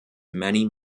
many